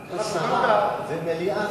חבר הכנסת אברהם מיכאלי וחבר הכנסת